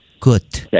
Good